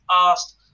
asked